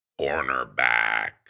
cornerback